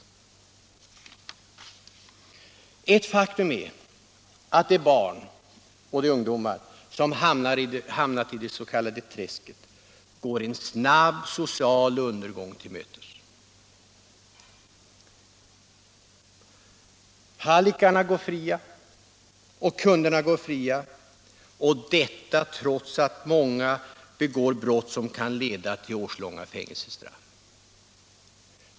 Nr 43 Ett faktum är att de barn och de ungdomar som hamnar i det s.k. Fredagen den träsket går en snabb social undergång till mötes. Hallickarna och deras 10 december 1976 kunder går fria, och detta trots att de begår brott som kan leda till årslånga Ii fängelsestraff.